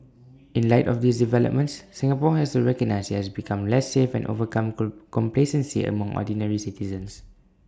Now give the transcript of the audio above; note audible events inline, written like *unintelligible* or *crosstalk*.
in light of these developments Singapore has to recognize IT has become less safe and overcome *unintelligible* complacency among ordinary citizens